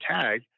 tag